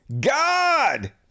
God